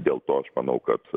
dėl to aš manau kad